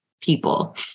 people